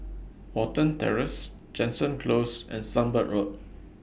Watten Terrace Jansen Close and Sunbird Road